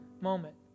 moment